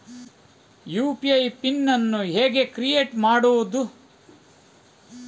UPI PIN ಅನ್ನು ಹೇಗೆ create ಮಾಡುದು?